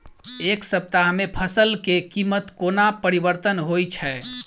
एक सप्ताह मे फसल केँ कीमत कोना परिवर्तन होइ छै?